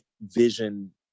vision